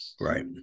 Right